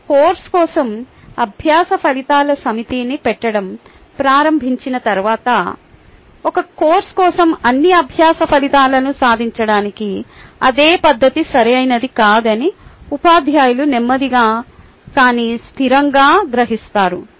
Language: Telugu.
మీరు కోర్సు కోసం అభ్యాస ఫలితాల సమితిని పెట్టడం ప్రారంభించిన తర్వాత ఒక కోర్సు కోసం అన్ని అభ్యాస ఫలితాలను సాధించడానికి అదే పద్ధతి సరైనది కాదని ఉపాధ్యాయులు నెమ్మదిగా కానీ స్థిరంగా గ్రహిస్తారు